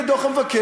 הנה דוח המבקר,